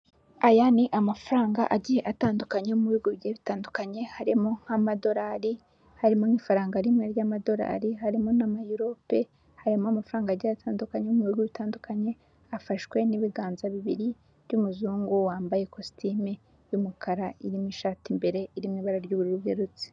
Aya ni amafaranga agiye atandukanye mu bihugu bitandukanye harimo nk'amadolari, harimo n'ifaranga, rimwe ry'amadolari, harimo ama amverope, harimo amafaranga agiye atandukanye mu bigo bitandukanye. Hafashwe n'ibiganza bibiri by'umuzungu wambaye ikositimu y'umukara irimo ishati imbere iri mu ibara ry'uburu bwerurutse.